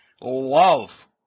love